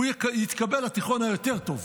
הוא יתקבל לתיכון היותר טוב.